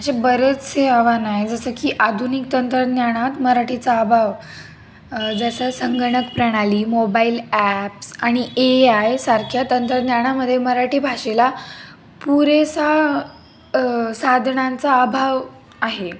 असे बरेचसे आव्हानं आहे जसं की आधुनिक तंत्रज्ञानात मराठीचा अभाव जसं संगणक प्रणाली मोबाईल ॲप्स आणि ए आयसारख्या तंत्रज्ञानामध्ये मराठी भाषेला पुरेसा साधनांचा अभाव आहे